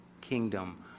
kingdom